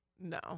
No